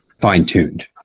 fine-tuned